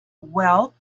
wealth